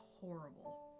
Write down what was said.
horrible